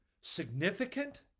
significant